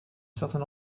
certain